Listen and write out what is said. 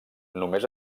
només